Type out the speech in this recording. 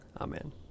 Amen